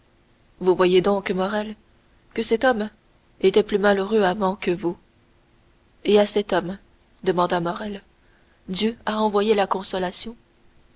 vous voyez donc morrel que cet homme était plus malheureux amant que vous et à cet homme demanda morrel dieu a envoyé la consolation